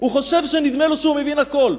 הוא חושב שנדמה לו שהוא מבין הכול.